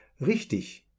Richtig